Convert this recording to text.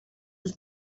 was